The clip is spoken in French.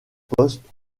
postes